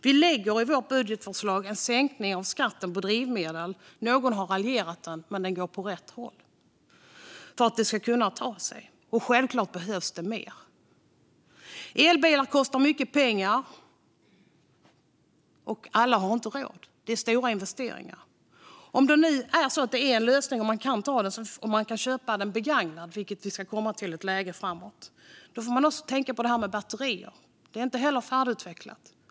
Vi lägger i vårt budgetförslag fram en sänkning av skatten på drivmedel. Någon har raljerat om den, men den leder åt rätt håll. Men självklart behövs det mer. Elbilar kostar mycket pengar, och alla har inte råd. Det handlar om stora investeringar. Om det nu är så att elbilen är en lösning och man kan köpa en sådan begagnad - vilket vi ska komma till i ett läge framåt - får man också tänka på det här med batterier. Det är inte heller färdigutvecklat.